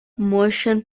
motion